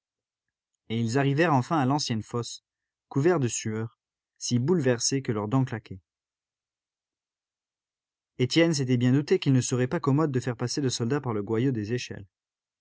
et ils arrivèrent enfin à l'ancienne fosse couverts de sueur si bouleversés que leurs dents claquaient étienne s'était bien douté qu'il ne serait pas commode de faire passer le soldat par le goyot des échelles